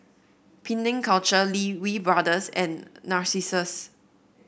Penang Culture Lee Wee Brothers and Narcissus